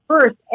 first